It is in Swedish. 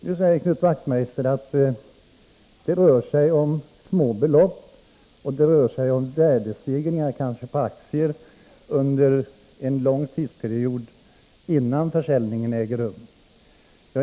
Nu säger Knut Wachtmeister att det rör sig om små belopp och kanske om värdestegringar på aktier under en lång tidsperiod innan försäljningen äger rum.